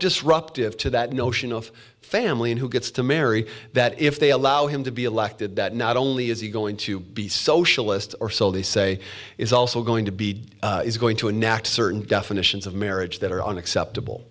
disruptive to that notion of family and who gets to marry that if they allow him to be elected that not only is he going to be socialist or so they say is also going to be is going to enact certain definitions of marriage that are unacceptable